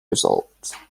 results